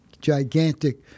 gigantic